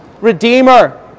Redeemer